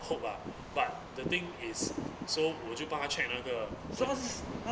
hope ah but the thing is so 我就帮她 check 那个 sales